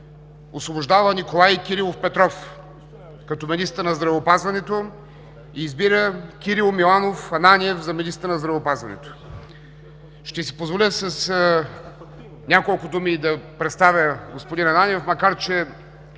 Освобождава Николай Кирилов Петров като министър на здравеопазването. 2. Избира Кирил Миланов Ананиев за министър на здравеопазването.“ Ще си позволя с няколко думи да представя господин Ананиев, макар че